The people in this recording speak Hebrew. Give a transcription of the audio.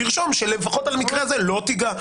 תרשום שלפחות במקרה הזה לא תיגע.